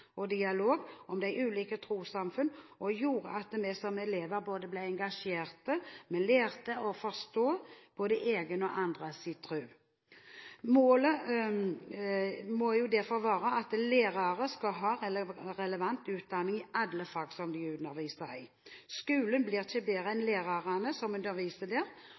dialog om de ulike trossamfunn, og gjorde at vi som elever ble engasjerte, og vi lærte å forstå både egen og andres tro. Målet må jo derfor være at lærere skal ha relevant utdanning i alle fag de underviser i. Skolen blir ikke bedre enn lærerne som underviser der. Det